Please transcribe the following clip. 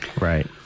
right